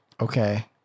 Okay